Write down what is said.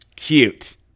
Cute